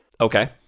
Okay